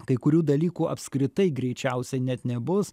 kai kurių dalykų apskritai greičiausiai net nebus